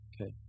Okay